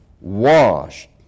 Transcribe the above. washed